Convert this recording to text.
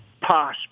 posh